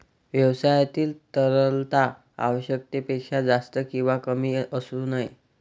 व्यवसायातील तरलता आवश्यकतेपेक्षा जास्त किंवा कमी असू नये